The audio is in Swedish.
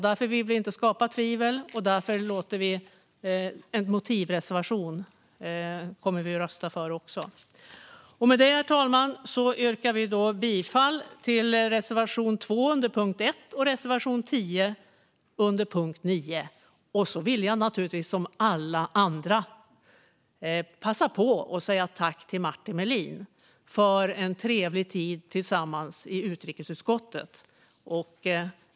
Därför vill vi inte skapa tvivel, och därför kommer vi att rösta för en motivreservation. Med detta, herr talman, yrkar jag bifall till reservation 2 under punkt 1 och reservation 10 under punkt 9. Jag vill naturligtvis också, som alla andra, passa på att säga tack till Martin Melin för en trevlig tid tillsammans i utrikesutskottet.